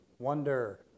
Wonder